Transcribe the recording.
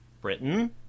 Britain